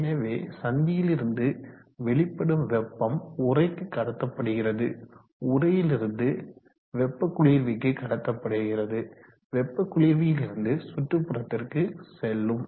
எனவே சந்தியிலிருந்து வெளிப்படும் வெப்பம் உறைக்கு கடத்தப்படுகிறது உறையிலிருந்து வெப்ப குளிர்விக்கு கடத்தப்படுகிறது வெப்ப குளிர்வியிலிருந்து சுற்றுப்புறத்திற்கு செல்லும்